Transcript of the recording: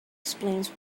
explains